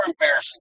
embarrassing